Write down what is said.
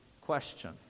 question